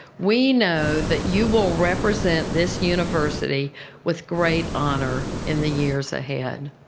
we know that you will represent this university with great honor in the years ahead.